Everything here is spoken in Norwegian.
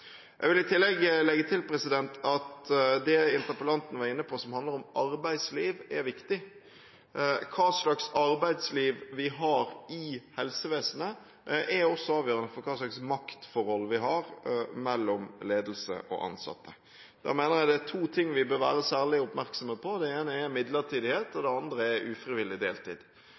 Jeg vil i tillegg legge til at det interpellanten var inne på som handler om arbeidsliv, er viktig. Hva slags arbeidsliv vi har i helsevesenet, er også avgjørende for hva slags maktforhold vi har mellom ledelse og ansatte. Der mener jeg det er to ting vi bør være særlig oppmerksomme på. Det ene er midlertidighet, og det andre er ufrivillig deltid.